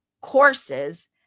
courses